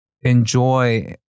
enjoy